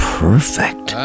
perfect